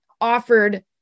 offered